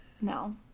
No